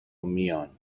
میان